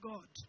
God